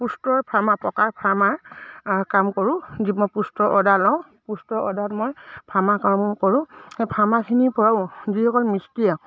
পুষ্টৰ farmer পকা ফাৰ্মাৰ কাম কৰোঁ যি মই পুষ্টৰ অৰ্ডাৰ লওঁ পুষ্টৰ অৰ্ডাৰত মই ফাৰ্মা কাম কৰোঁ সেই ফাৰ্মাখিনিৰ পৰাও যিসকল মিষ্টি আৰু